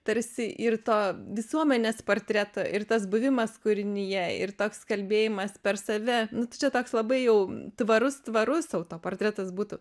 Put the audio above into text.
tarsi ir to visuomenės portreto ir tas buvimas kūrinyje ir toks kalbėjimas per save čia toks labai jau tvarus tvarus autoportretas būtų